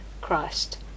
Christ